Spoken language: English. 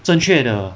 正确的